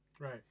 Right